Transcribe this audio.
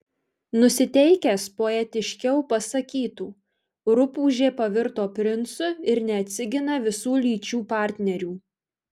nusiteikęs poetiškiau pasakytų rupūžė pavirto princu ir neatsigina visų lyčių partnerių